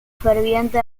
ferviente